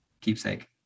keepsake